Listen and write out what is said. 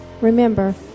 Remember